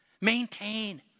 Maintain